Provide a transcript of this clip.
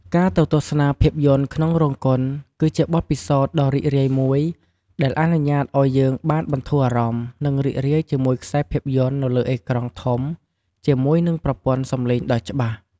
ការទៅទស្សនាភាពយន្តក្នុងរោងកុន គឺជាបទពិសោធន៍ដ៏រីករាយមួយ ដែលអនុញ្ញាតឲ្យយើងបានបន្ធូរអារម្មណ៍ និងរីករាយជាមួយខ្សែភាពយន្តនៅលើអេក្រង់ធំជាមួយនឹងប្រព័ន្ធសំឡេងដ៏ច្បាស់។